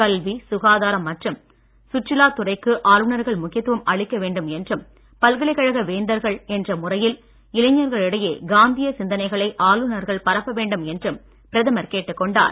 கல்வி சுகாதாரம் மற்றும் சுற்றுலாத் துறைக்கு ஆளுநர்கள் முக்கியத்துவம் அளிக்க வேண்டும் என்றும் பல்கலைக்கழக வேந்தர்கள் என்ற முறையில் இளைஞர்களிடையே காந்திய சிந்தனைகளை ஆளுநர்கள் பரப்ப வேண்டும் என்றும் பிரதமர் கேட்டுக் கொண்டார்